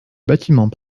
bâtiment